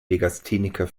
legastheniker